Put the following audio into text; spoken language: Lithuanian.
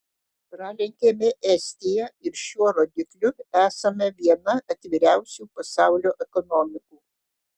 pralenkėme estiją ir šiuo rodikliu esame viena atviriausių pasaulių ekonomikų